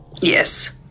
Yes